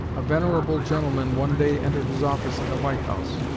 a venerable gentleman one day entered his office in the white house,